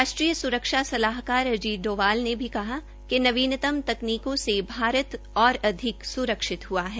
राष्ट्रीय सुरक्षा सलाहकार अजीत डोवाल ने कहा कि नवीनतम तकनीकों से भारत और अधिक सुरक्षित हुआ है